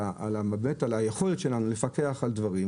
על היכולת שלנו לפקח על דברים.